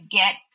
get